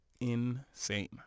Insane